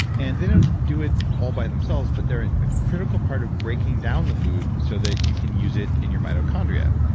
and they don't do it all by themselves, but they're a critical part of breaking down the food so that you can use it in your mitochondria.